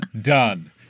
done